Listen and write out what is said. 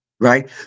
Right